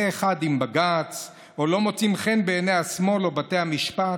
אחד עם בג"ץ או לא מוצאים חן בעיני השמאל או בתי המשפט?